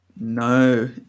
No